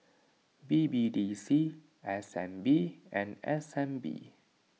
B B D C S N B and S N B